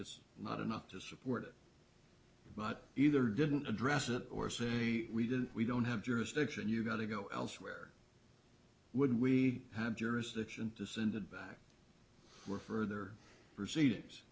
is not enough to support it but either didn't address it or say we did we don't have jurisdiction you got to go elsewhere would we have jurisdiction to send it back we're further proceedings